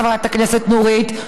חברת הכנסת נורית,